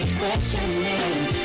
questioning